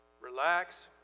Relax